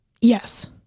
Yes